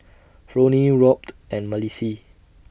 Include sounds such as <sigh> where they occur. <noise> Fronie Robt and Malissie